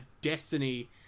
destiny